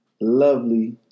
lovely